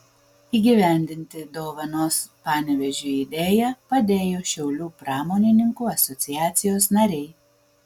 įgyvendinti dovanos panevėžiui idėją padėjo šiaulių pramonininkų asociacijos nariai